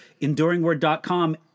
EnduringWord.com